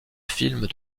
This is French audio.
films